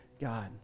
God